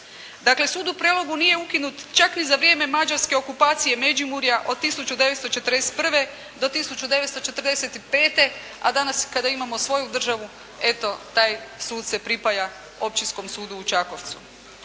Dakle, sud u Prelogu nije ukinut čak i za vrijeme Mađarske okupacije Međimurja od 1941. do 1945., a danas kada imamo svoju državu eto taj sud se pripaja Općinskom sudu u Čakovcu.